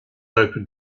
open